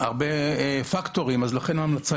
אז צריך